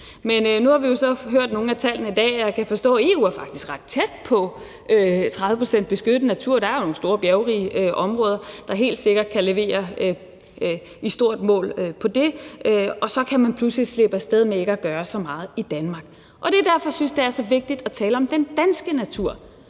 Men nu har vi jo så hørt nogle af tallene i dag, og jeg kan forstå, at EU faktisk er ret tæt på 30 pct. beskyttet natur. Der er jo nogle store bjergrige områder, der helt sikkert kan levere i stort mål på det. Og så kan man pludselig slippe af sted med ikke at gøre så meget i Danmark. Det er derfor, jeg synes, at det er så vigtigt at tale om den danske natur,